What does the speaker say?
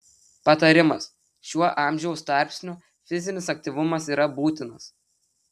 patarimas šiuo amžiaus tarpsniu fizinis aktyvumas yra būtinas